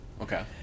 Okay